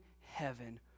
heaven